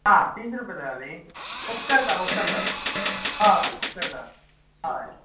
आ तिनशे रुपया जालें न्ही उपकारता उपकारता हय उपकारता हय